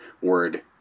word –